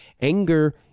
Anger